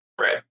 Right